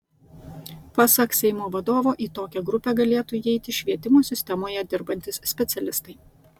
pasak seimo vadovo į tokią grupę galėtų įeiti švietimo sistemoje dirbantys specialistai